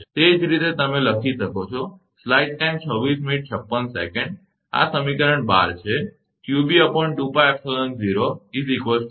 તે જ રીતે તમે લખી શકો છો આ સમીકરણ 12 છે